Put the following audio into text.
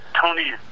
Tony